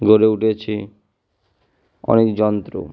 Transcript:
গড়ে উঠেছে অনেক যন্ত্র